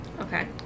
Okay